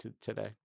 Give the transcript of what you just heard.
today